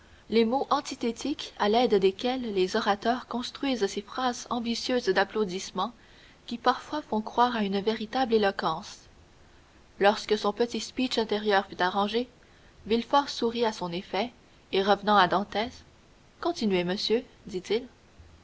les mots antithétiques à l'aide desquels les orateurs construisent ces phrases ambitieuses d'applaudissements qui parfois font croire à une véritable éloquence lorsque son petit speech intérieur fut arrangé villefort sourit à son effet et revenant à dantès continuez monsieur dit-il